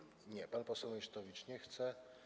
Nie, pan poseł Meysztowicz nie chce.